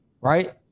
right